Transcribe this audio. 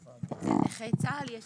לנכי צה"ל יש